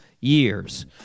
years